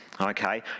okay